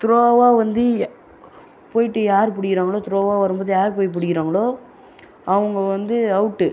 துரோவாக வந்து போயிட்டு யார் பிடிக்கிறாங்களோ துரோவாக வரும்போது யார் போய் பிடிக்கிறாங்களோ அவங்க வந்து அவுட்டு